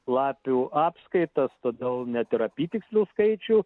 lapių apskaitas todėl net ir apytikslių skaičių